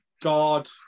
god